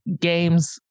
games